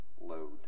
load